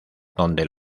donde